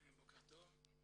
בוקר טוב.